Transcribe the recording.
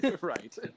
Right